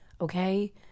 okay